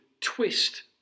twist